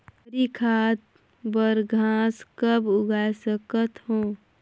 हरी खाद बर घास कब उगाय सकत हो?